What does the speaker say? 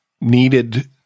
needed